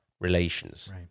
relations